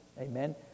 amen